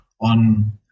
On